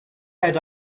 had